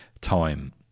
time